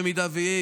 במידה שיהיה,